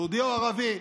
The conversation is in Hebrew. יהודי או ערבי,